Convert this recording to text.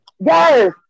yes